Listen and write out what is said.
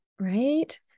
right